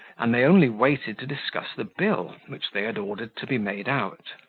and they only waited to discuss the bill, which they had ordered to be made out.